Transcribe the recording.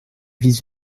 vice